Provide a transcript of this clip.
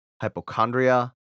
hypochondria